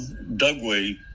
Dugway